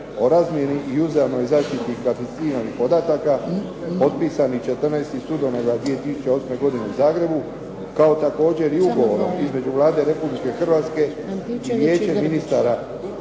o razmjeni i uzajamnoj zaštiti klasificiranih podataka, potpisani 14. studenoga 2008. godine u Zagrebu, kao također i ugovorom između Vlade Republike Hrvatske vijeće ministara